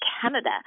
Canada